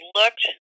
looked